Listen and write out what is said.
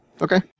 Okay